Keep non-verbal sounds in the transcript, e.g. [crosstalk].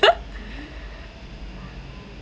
[laughs]